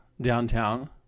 downtown